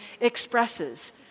expresses